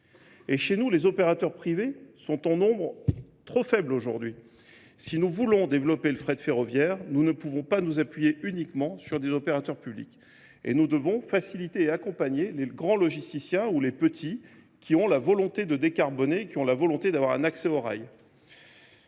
Et chez nous, les opérateurs privés sont en nombre trop faibles aujourd'hui. Si nous voulons développer le frais de ferroviaire, nous ne pouvons pas nous appuyer uniquement sur des opérateurs publics. Et nous devons faciliter et accompagner les grands logiciens ou les petits qui ont la volonté de décarboner, qui ont la volonté d'avoir un accès au rail.